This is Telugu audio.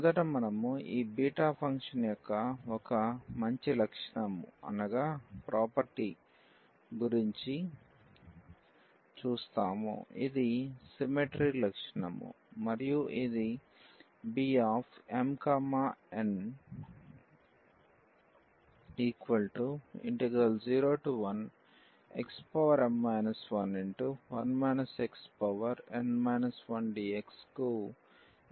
మొదట మనము ఈ బీటా ఫంక్షన్ యొక్క ఒక మంచి లక్షణము గురించి చర్చిస్తాము ఇది సిమ్మెట్రీ లక్షణము మరియు ఇది Bmn01xm 11 xn 1dx కు ఇంప్రాపర్ ఇంటిగ్రల్